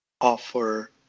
offer